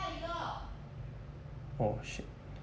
oh shit